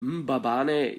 mbabane